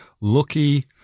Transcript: lucky